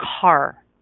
car